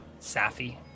Safi